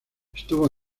estuvo